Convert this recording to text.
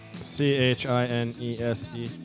C-H-I-N-E-S-E